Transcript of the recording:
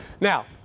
Now